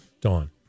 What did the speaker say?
Dawn